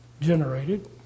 generated